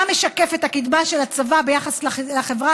מה משקף את הקדמה של הצבא ביחס לחברה